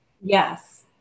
Yes